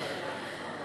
בסדר, אני אתן לך עוד קצת.